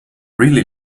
really